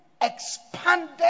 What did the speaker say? expanded